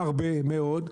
הרבה מאוד,